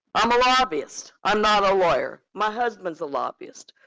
i'm a lobbyist. i'm not a lawyer, my husband's a lobbyist.